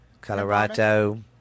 colorado